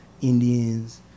Indians